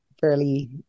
fairly